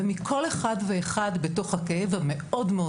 ומכל אחד ואחד בתוך הכאב המאוד מאוד